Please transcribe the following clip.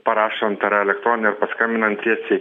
parašant ar elektroniniu ar paskambinant tiesiai